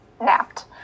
napped